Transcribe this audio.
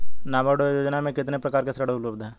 नाबार्ड योजना में कितने प्रकार के ऋण उपलब्ध हैं?